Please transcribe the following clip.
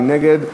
מי נגד?